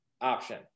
option